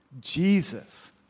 Jesus